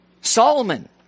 Solomon